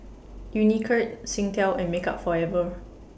Unicurd Singtel and Makeup Forever